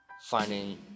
finding